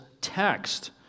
text